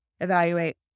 evaluate